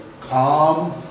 calm